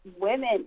women